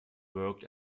worked